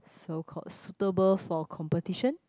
so called suitable for competition